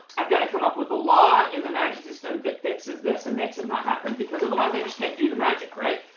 i've got to come up with a law in the magic system that fixes this and makes it not happen, because otherwise i just can't do the magic.